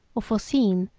or foreseen,